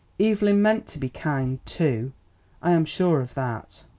evelyn meant to be kind, too i am sure of that.